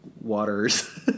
waters